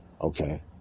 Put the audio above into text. okay